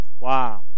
Wow